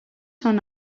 són